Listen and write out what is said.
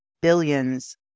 billions